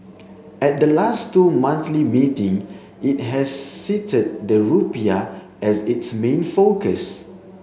at the last two monthly meeting it has cited the rupiah as its main focus